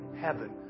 heaven